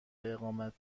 اقامت